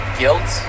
guilt